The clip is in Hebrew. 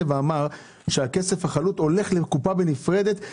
חוק משאבי טבע אמר שהכסף החלוט הולך לקופה נפרדת.